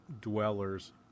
dwellers